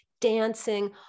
dancing